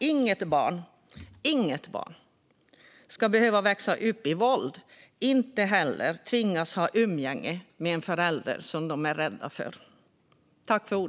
Inget barn ska behöva växa upp med våld. Inga barn ska heller tvingas ha umgänge med en förälder som de är rädda för.